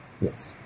Yes